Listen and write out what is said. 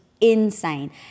insane